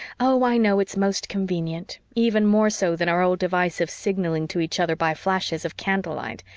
oh, i know it's most convenient even more so than our old device of signalling to each other by flashes of candlelight!